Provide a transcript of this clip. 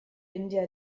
india